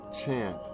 chant